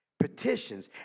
petitions